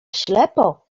ślepo